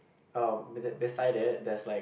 oh be beside it there's like